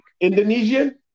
Indonesian